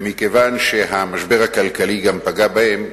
מכיוון שהמשבר הכלכלי פגע גם בהן,